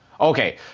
Okay